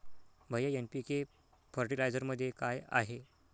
भैय्या एन.पी.के फर्टिलायझरमध्ये काय आहे?